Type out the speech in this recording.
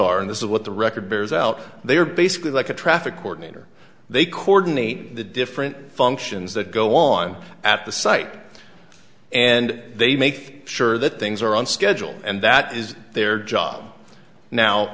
are and this is what the record bears out they are basically like a traffic warden or they coordinate the different functions that go on at the site and they make sure that things are on schedule and that is their job now